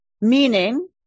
Meaning